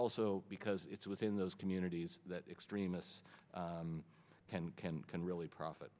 also because it's within those communities that extremists can can can really profit